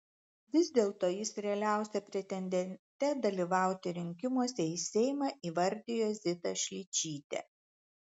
vis dėlto jis realiausia pretendente dalyvauti rinkimuose į seimą įvardijo zitą šličytę